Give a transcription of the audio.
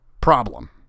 problem